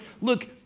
look